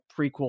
prequel